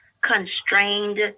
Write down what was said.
constrained